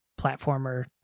platformer